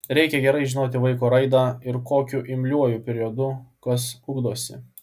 reikia gerai žinoti vaiko raidą ir kokiu imliuoju periodu kas ugdosi